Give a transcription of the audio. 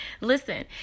Listen